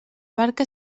barca